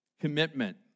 commitment